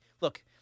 look